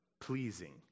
pleasing